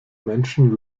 menschen